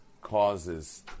causes